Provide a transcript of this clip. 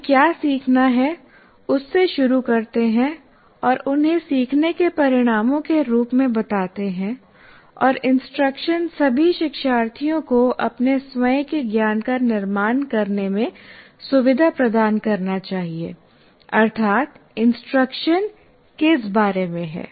हमें क्या सीखना है उससे शुरू करते हैं और उन्हें सीखने के परिणामों के रूप में बताते हैं और इंस्ट्रक्शन सभी शिक्षार्थियों को अपने स्वयं के ज्ञान का निर्माण करने में सुविधा प्रदान करना चाहिए अर्थात् इंस्ट्रक्शन किस बारे में है